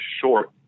short